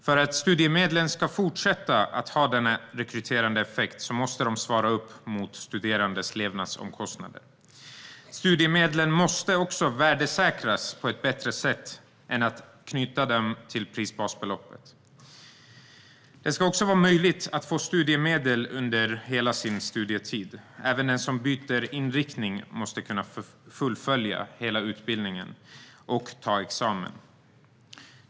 För att studiemedlen ska fortsätta att ha denna rekryterande effekt måste de svara upp mot de studerandes levnadsomkostnader. Studiemedlen måste också värdesäkras på ett bättre sätt än att knyta dem till prisbasbeloppet. Det ska även vara möjligt att få studiemedel under hela studietiden. Även den som byter inriktning måste kunna fullfölja hela utbildningen och ta examen.